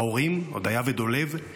ההורים אודיה ודולב,